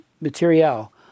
material